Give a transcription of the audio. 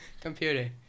computer